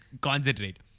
concentrate